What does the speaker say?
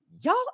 y'all